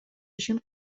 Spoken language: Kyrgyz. ишин